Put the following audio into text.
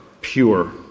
pure